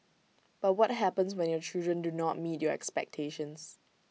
but what happens when your children do not meet your expectations